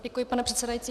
Děkuji, pane předsedající.